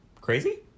crazy